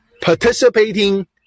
participating